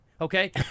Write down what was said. okay